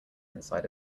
inside